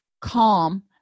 calm